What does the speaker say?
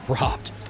robbed